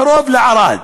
קרוב לערד.